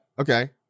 Okay